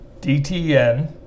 dtn